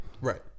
Right